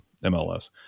MLS